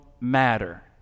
matter